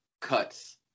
cuts